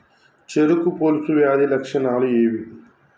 చెరుకు పొలుసు వ్యాధి లక్షణాలు ఏవి?